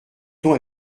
ton